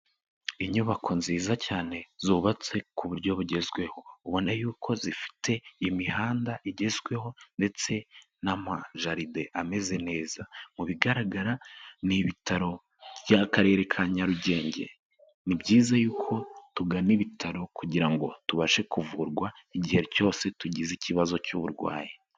Inyubako nziza cyane zubatse ku buryo bugezweho, ubona y'uko zifite imihanda igezweho ndetse n'amajaride ameze neza, mu bigaragara ni ibitaro by'Akarere ka Nyarugenge, ni byiza y'uko tugana ibitaro kugira ngo tubashe kuvurwa igihe cyose tugize ikibazo cy'uburwayi.